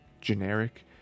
generic